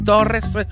Torres